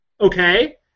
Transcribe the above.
okay